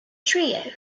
trio